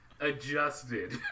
adjusted